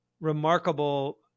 remarkable